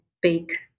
big